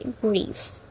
grief